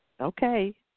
okay